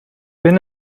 bin